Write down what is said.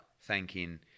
thanking